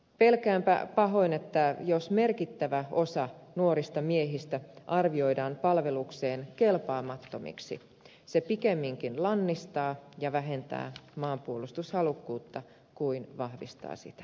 pelkäänpä pahoin että jos merkittävä osa nuorista miehistä arvioidaan palvelukseen kelpaamattomiksi se pikemminkin lannistaa ja vähentää maanpuolustushalukkuutta kuin vahvistaa sitä